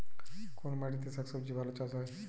কোন মাটিতে শাকসবজী ভালো চাষ হয়?